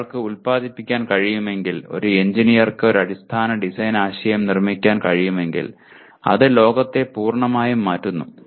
ഒരാൾക്ക് ഉൽപാദിപ്പിക്കാൻ കഴിയുമെങ്കിൽ ഒരു എഞ്ചിനീയർക്ക് ഒരു അടിസ്ഥാന ഡിസൈൻ ആശയം നിർമ്മിക്കാൻ കഴിയുമെങ്കിൽ അത് ലോകത്തെ പൂർണ്ണമായും മാറ്റുന്നു